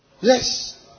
Yes